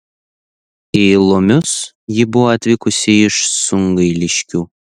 į lomius ji buvo atvykusi iš sungailiškių